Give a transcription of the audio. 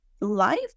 life